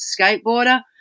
skateboarder